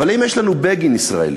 אבל האם יש לנו בגין ישראלי?